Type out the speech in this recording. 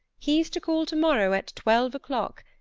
he's to call to-morrow at twelve o'clock!